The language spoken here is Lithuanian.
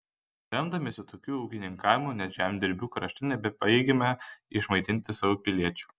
remdamiesi tokiu ūkininkavimu net žemdirbių krašte nebepajėgėme išmaitinti savo piliečių